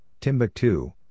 Timbuktu